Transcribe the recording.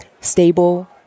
stable